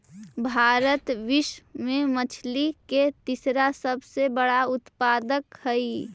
भारत विश्व में मछली के तीसरा सबसे बड़ा उत्पादक हई